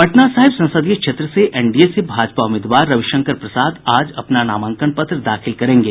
पटना साहिब संसदीय क्षेत्र से एनडीए से भाजपा उम्मीदवार रविशंकर प्रसाद आज अपना नामांकन पत्र दाखिल करेंगे